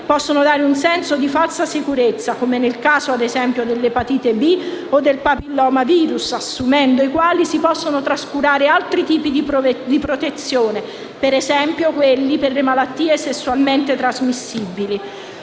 possono dare un senso di falsa sicurezza come nel caso dell'epatite B o del papilloma virus assumendo i quali si possono trascurare altri tipi di protezione per le malattie sessualmente trasmissibili.